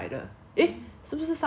eh 是不是上个月 ah